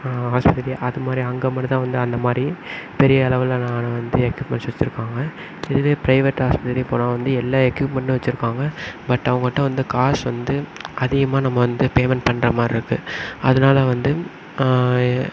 ஆஸ்பத்திரியாக அதுமாதிரி அங்கே மட்டும் தான் வந்து அந்தமாதிரி பெரிய அளவிலான வந்து எக்யூப்மெண்ட்ஸ் வச்சுருக்காங்க இதுவே ப்ரைவேட் ஆஸ்பத்திரி போனால் வந்து எல்லா எக்யூப்மெண்ட்டும் வச்சுருப்பாங்க பட் அவங்கட்ட வந்து காசு வந்து அதிகமாக நம்ம வந்து பேமெண்ட் பண்ணுற மாதிரி இருக்கு அதனால் வந்து